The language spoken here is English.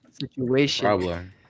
situation